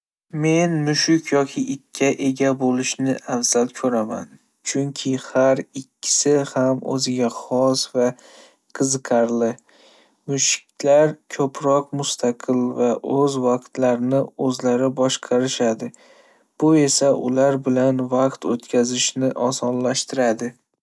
Men mushuk yoki itga ega bo'lishni afzal ko'raman, chunki har ikkisi ham o'ziga xos va qiziqarli. Mushuklar ko'proq mustaqil va o'z vaqtlarini o'zlari boshqarishadi, bu esa ular bilan vaqt o'tkazishni osonlashtiradi.